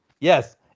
yes